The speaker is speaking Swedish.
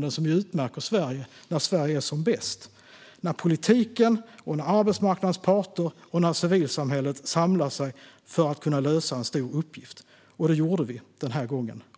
detta som utmärker Sverige när Sverige är som bäst - när politiken, arbetsmarknadens parter och civilsamhället samlar sig för att kunna lösa en stor uppgift. Det gjorde vi även denna gång.